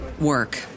work